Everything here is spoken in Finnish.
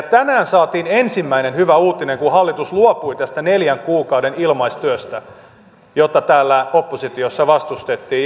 tänään saatiin ensimmäinen hyvä uutinen kun hallitus luopui tästä neljän kuukauden ilmaistyöstä jota täällä oppositiossa vastustettiin